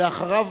ואחריו,